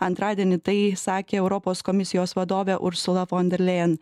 antradienį tai sakė europos komisijos vadovė ursula vonderleijen